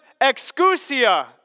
excusia